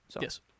Yes